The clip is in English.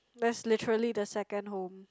that's literally the second home